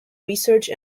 research